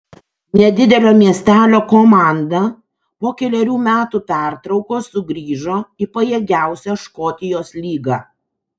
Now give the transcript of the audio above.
nedidelio miestelio komanda po kelerių metų pertraukos sugrįžo į pajėgiausią škotijos lygą